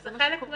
וזה חלק מהבעיה.